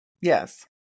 yes